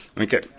Okay